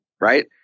right